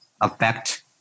affect